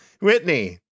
Whitney